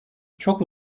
çok